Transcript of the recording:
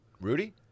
Rudy